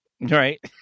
Right